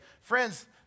Friends